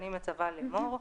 אני מצווה לאמור: